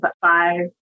five